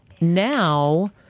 now